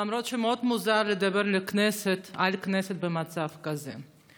למרות שמאוד מוזר לדבר לכנסת, אל הכנסת, במצב כזה,